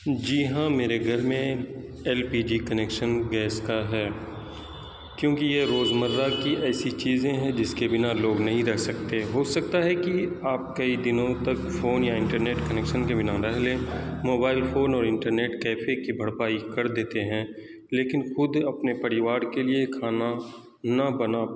جی ہاں میرے گھر میں L P G connection gas کا ہے کیونکہ یہ روزمرہ کی ایسی چیزیں ہیں جس کے بنا لوگ نہیں رہ سکتے ہو سکتا ہے کہ آپ کئی دنوں تک فون یا انٹرنیٹ کنیکشن کے بنا رہ لیں موبائل فون اور انٹرنیٹ کیفے کی بھرپائی کر دیتے ہیں لیکن خود اپنے پریوار کے لیے کھانا نہ بنا